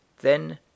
Then